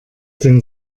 den